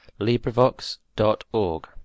LibriVox.org